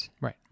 Right